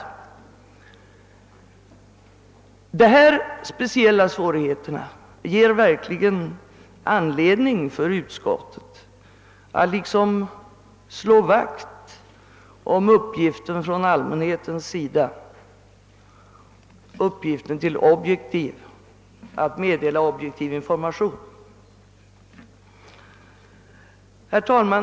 Dessa speciella svårigheter ger verkligen utskottet anledning att slå vakt om uppgiften att ge objektiv information. Herr talman!